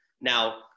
Now